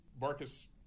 Marcus